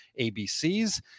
ABCs